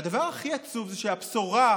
והדבר הכי עצוב זה שהבשורה,